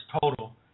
total